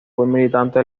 militante